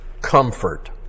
comfort